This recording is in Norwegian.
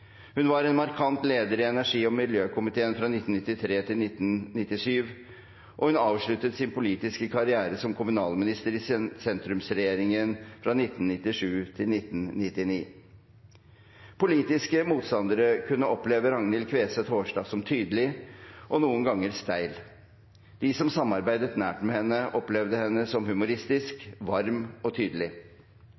hun var en markant leder i energi- og miljøkomiteen fra 1993 til 1997, og hun avsluttet sin politiske karriere som kommunalminister i sentrumsregjeringen fra 1997 til 1999. Politiske motstandere kunne oppleve Ragnhild Queseth Haarstad som tydelig og noen ganger steil. De som samarbeidet nært med henne, opplevde henne som humoristisk,